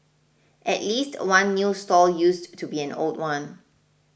at least one new stall used to be an old one